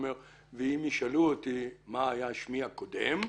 והוא ענה: ומה אם ישאלו אותי מה היה שמי הקודם?